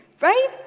right